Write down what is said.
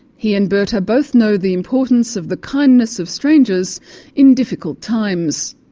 he and bertha both know the importance of the kindness of strangers in difficult times.